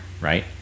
right